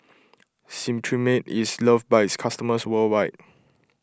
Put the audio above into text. Cetrimide is loved by its customers worldwide